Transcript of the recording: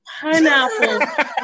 Pineapple